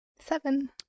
Seven